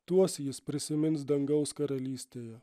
tuos jis prisimins dangaus karalystėje